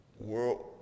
world